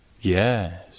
Yes